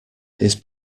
his